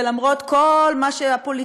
ולמרות כל הפוליטיזציה,